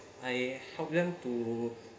I help them to